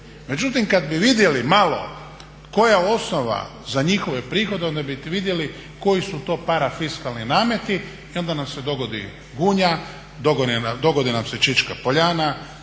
Međutim, kada bi vidjeli malo koja je osnova za njihove prihode onda bi vidjeli koji su to parafiskalni nameti i onda nam se dogodi Gunja, dogodi nam se Čička Poljana,